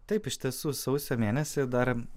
taip iš tiesų sausio mėnesį dar